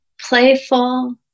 playful